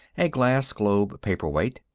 a glass globe paperweight,